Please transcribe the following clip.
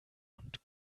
und